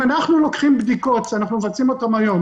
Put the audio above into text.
אם אנחנו לוקחים בדיקות שאנחנו מבצעים אותן היום,